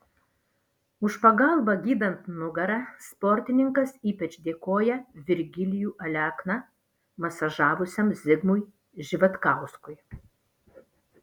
už pagalbą gydant nugarą sportininkas ypač dėkoja virgilijų alekną masažavusiam zigmui živatkauskui